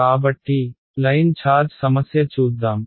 కాబట్టి line charge సమస్య చూద్దాం